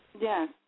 Yes